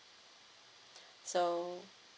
so